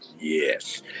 Yes